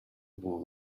walls